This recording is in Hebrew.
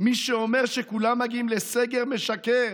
"מי שאומר שכולם מגיעים לסגר משקר.